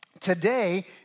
Today